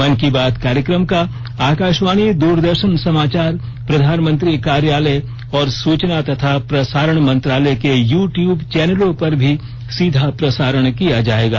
मन की बात कार्यक्रम का आकाशवाणी दूरदर्शन समाचार प्रधानमंत्री कार्यालय और सूचना तथा प्रसारण मंत्रालय के यू ट्यूब चैनलों पर भी सीधा प्रसारण किया जाएगा